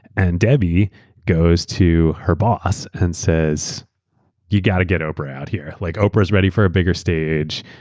and debbie goes to her boss and says you got to get oprah out here. like oprah's ready for a bigger stage.